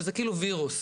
שזה כאילו ווירוס,